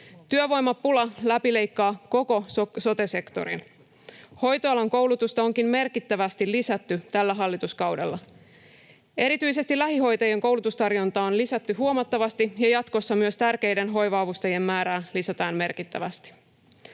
Työvoimapula läpileikkaa koko sote-sektorin. Hoitoalan koulutusta onkin merkittävästi lisätty tällä hallituskaudella. Erityisesti lähihoitajien koulutustarjontaa on lisätty huomattavasti, ja jatkossa myös tärkeiden hoiva-avustajien määrää lisätään merkittävästi.